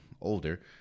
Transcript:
older